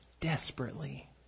Desperately